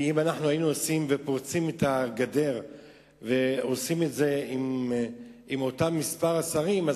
כי אם היינו פורצים את הגדר ועושים את זה עם אותו מספר שרים,